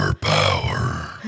power